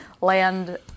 Land